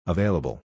Available